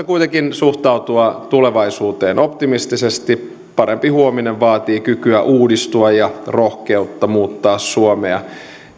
kuitenkin suhtautua tulevaisuuteen optimistisesti parempi huominen vaatii kykyä uudistua ja rohkeutta muuttaa suomea